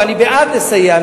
ואני בעד לסייע,